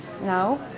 No